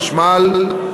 חשמל,